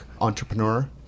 entrepreneur